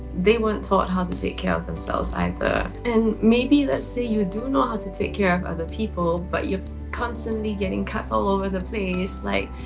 they weren't taught how to take care of themselves either. and maybe let's say you do know how to take care of other people but you're constantly getting cuts all over the place like